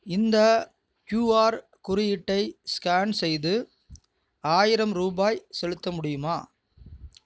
இந்த க்யூஆர் குறியீட்டை ஸ்கேன் செய்து ஆயிரம் ரூபாய் செலுத்த முடியுமா